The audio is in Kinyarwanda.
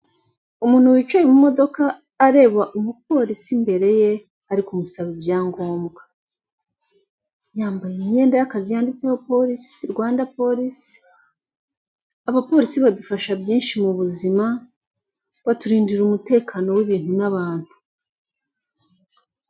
Umuntu wicaye mu modoka, areba umupolisi imbere ye, ari kumusaba ibyangombwa. Yambaye imyenda y'akazi yanditseho polisi, Rwanda polisi, abapolisi badufasha byinshi mu buzima, baturindira umutekano w'ibintu n'abantu.